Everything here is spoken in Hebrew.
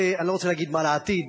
ואני לא רוצה להגיד מה לעתיד,